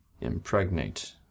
impregnate